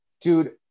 dude